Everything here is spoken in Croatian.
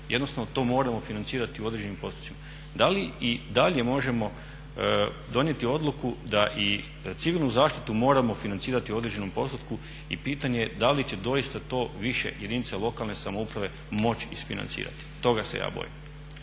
jednostavno to moramo financirati u određenim postocima. Da li i da li možemo donijeti odluku da i civilnu zaštitu moramo financirati u određenom postotku i pitanja je da li će doista to više jedinice lokalne samouprave moći isfinancirati. Toga se ja bojim.